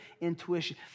intuition